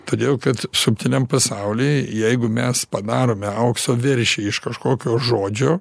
todėl kad subtiliam pasaulyje jeigu mes padarome aukso veršį iš kažkokio žodžio